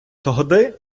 тогди